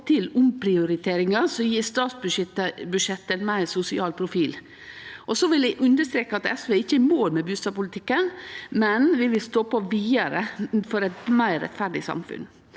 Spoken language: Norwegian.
til omprioriteringar som gjev statsbudsjettet ein meir sosial profil. Eg vil un derstreke at SV ikkje er i mål med bustadpolitikken, men vi vil stå på vidare for eit meir rettferdig samfunn.